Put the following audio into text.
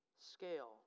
scale